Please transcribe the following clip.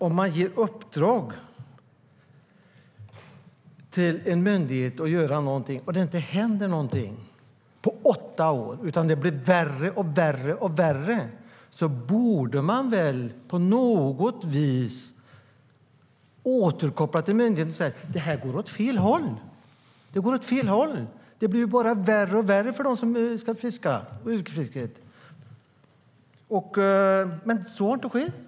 Om man ger uppdrag till en myndighet att göra någonting och ingenting händer på åtta år utan det bara blir värre och värre, då borde man väl på något vis återkoppla till myndigheten och säga att det går åt fel håll, att det bara blir värre och värre för dem som ska fiska, för yrkesfisket. Men så har inte skett.